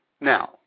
Now